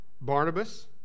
Barnabas